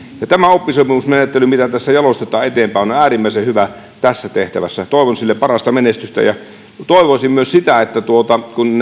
ja tämä oppisopimusmenettely mitä tässä jalostetaan eteenpäin on äärimmäisen hyvä tässä tehtävässä toivon sille parasta menestystä toivoisin myös sitä kun